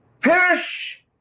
Perish